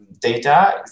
data